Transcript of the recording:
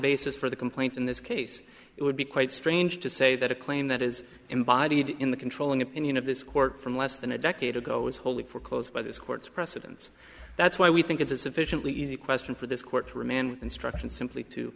basis for the complaint in this case it would be quite strange to say that a claim that is embodied in the controlling opinion of this court from less than a decade ago was wholly for close by this court's precedents that's why we think it's a sufficiently easy question for this court to remand instruction simply to